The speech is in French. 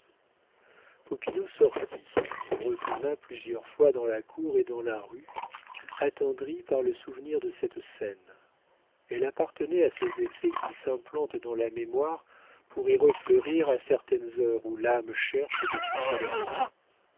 popinot sortit se retourna plusieurs fois dans la cour et dans la rue attendri par le souvenir de cette scène elle appartenait à ces effets qui s'implantent dans la mémoire pour y refleurir à certaines heures où l'âme cherche des consolations